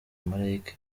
malayika